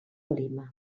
lima